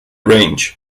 range